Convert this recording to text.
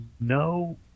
no